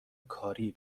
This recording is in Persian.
کاری